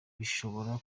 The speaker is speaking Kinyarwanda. bishobora